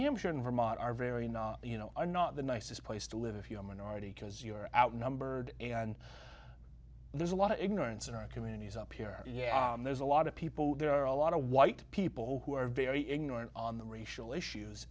hampshire and vermont are very not you know are not the nicest place to live if you're a minority because you're outnumbered and there's a lot of ignorance in our communities up here yeah there's a lot of people there are a lot of white people who are very ignorant on the racial issues